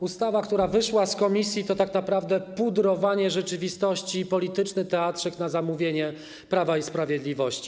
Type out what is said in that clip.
Ustawa, która wyszła z komisji, to tak naprawdę pudrowanie rzeczywistości i polityczny teatrzyk na zamówienie Prawa i Sprawiedliwości.